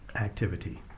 activity